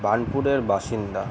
বার্নপুরের বাসিন্দা